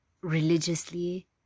religiously